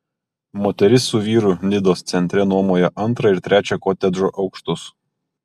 moteris su vyru nidos centre nuomoja antrą ir trečią kotedžo aukštus